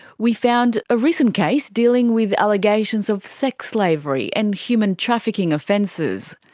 we found a recent case dealing with allegations of sex slavery and human trafficking offences.